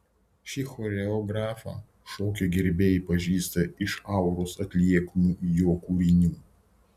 šį choreografą šokio gerbėjai pažįsta iš auros atliekamų jo kūrinių